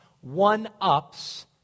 one-ups